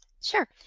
Sure